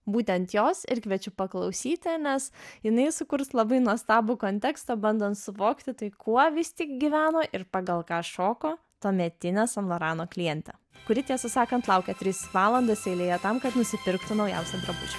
būtent jos ir kviečiu paklausyti nes jinai sukurs labai nuostabų kontekstą bandant suvokti tai kuo vis tik gyveno ir pagal ką šoko tuometinė san lorano klientė kuri tiesą sakant laukė tris valandas eilėje tam kad nusipirktų naujausią drabužį